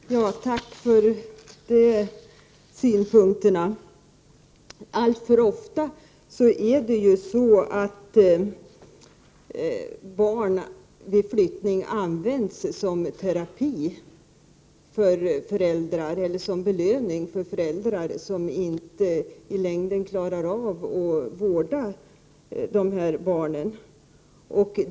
Herr talman! Jag tackar för de synpunkterna. Alltför ofta har barn flyttats som terapi eller som belöning för föräldrar som inte i längden klarar av att vårda dem.